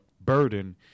burden